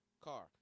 car